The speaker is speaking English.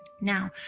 now,